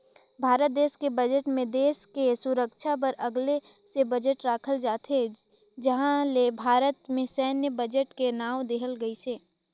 भारत देस के बजट मे देस के सुरक्छा बर अगले से बजट राखल जाथे जिहां ले भारत के सैन्य बजट के नांव देहल गइसे